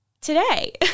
today